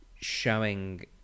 showing